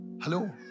Hello